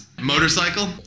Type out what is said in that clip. Motorcycle